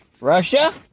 Russia